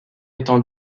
étant